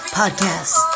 podcast